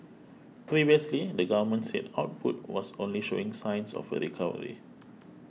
previously the government said output was only showing signs of a recovery